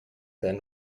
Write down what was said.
then